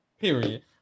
Period